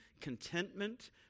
contentment